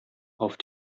auf